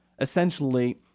essentially